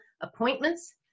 appointments